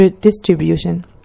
distribution